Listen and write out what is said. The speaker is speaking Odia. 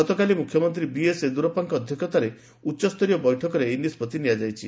ଗତକାଲି ମୁଖ୍ୟମନ୍ତ୍ରୀ ବିଏସ୍ୟେଦୁରପ୍ପାଙ୍କ ଅଧ୍ୟକ୍ଷତାରେ ଉଚ୍ଚସ୍ତରୀୟ ବୈଠକରେ ଏହି ନିଷ୍କଭି ନିଆଯାଇଛି